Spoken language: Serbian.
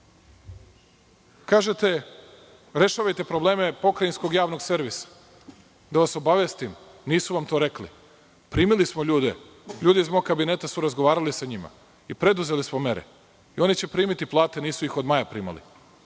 kažete – rešavajte probleme pokrajinskog javnog servisa. Da vas obavestim nisu vam to rekli. Primili smo ljude. Ljudi iz mog kabineta su razgovarali sa njima i preduzeli smo mere. Oni će primiti plate, nisu ih od maja primali